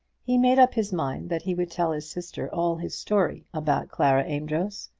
he made up his mind that he would tell his sister all his story about clara amedroz.